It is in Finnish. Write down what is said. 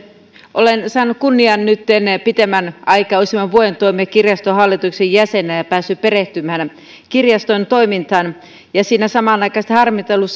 olen saanut kunnian nytten pidemmän aikaa useamman vuoden toimia kirjaston hallituksen jäsenenä ja olen päässyt perehtymään kirjaston toimintaan ja siinä samanaikaisesti harmitellut